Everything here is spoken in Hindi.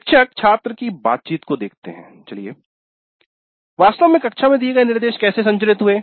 शिक्षक छात्र की बातचीत को देखते है वास्तव में कक्षा में दिए गए निर्देश कैसे संचरित हुए